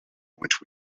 which